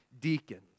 deacons